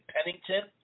Pennington